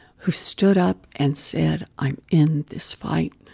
who stood up and said i'm in this fight.